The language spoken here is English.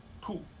Cool